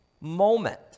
moment